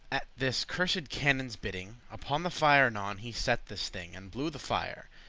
at this cursed canon's bidding, upon the fire anon he set this thing, and blew the fire,